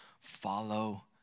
follow